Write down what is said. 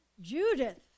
Judith